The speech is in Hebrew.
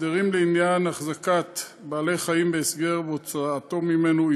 הסדרים לעניין החזקת בעל חיים בהסגר והוצאתו ממנו,